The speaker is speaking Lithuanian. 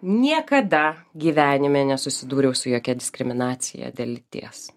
niekada gyvenime nesusidūriau su jokia diskriminacija dėl lyties